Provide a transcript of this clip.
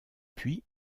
puis